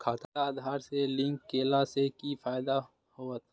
खाता आधार से लिंक केला से कि फायदा होयत?